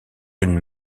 une